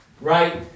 right